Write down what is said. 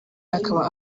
akaba